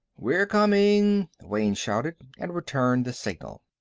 we're coming, wayne shouted, and returned the signal.